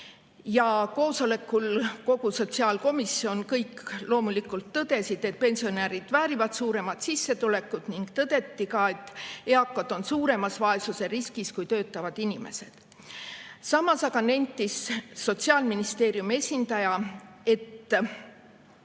[koosolekul osalejad] loomulikult tõdesid, et pensionärid väärivad suuremat sissetulekut, ning tõdeti ka, et eakad on suuremas vaesusriskis kui töötavad inimesed. Samas aga nentis Sotsiaalministeeriumi esindaja, et